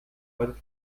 but